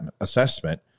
assessment